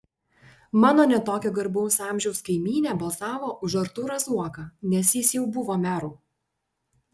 mano ne tokio garbaus amžiaus kaimynė balsavo už artūrą zuoką nes jis jau buvo meru